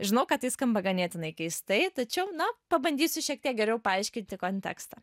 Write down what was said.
žinau kad tai skamba ganėtinai keistai tačiau na pabandysiu šiek tiek geriau paaiškinti kontekstą